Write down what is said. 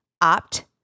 opt